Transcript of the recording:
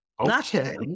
Okay